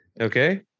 okay